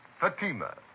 Fatima